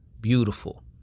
Beautiful